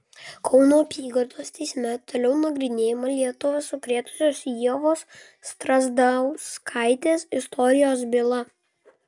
kauno apygardos teisme toliau nagrinėjama lietuvą sukrėtusį ievos strazdauskaitės istorijos byla